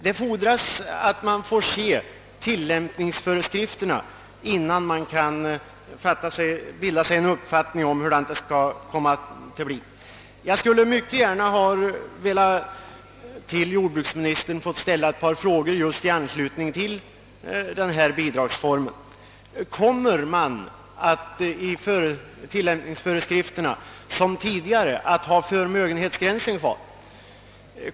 Man måste få se tillämpningsföreskrifterna innan man kan bilda sig en uppfattning om hur det hela kommer att utfalla. Jag vill mycket gärna ställa ett par frågor till jordbruksministern i anslutning till denna bidragsform. Kommer man att i tillämpningsföreskrifterna liksom tidigare ha förmögenhetsgränsen kvar?